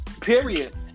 period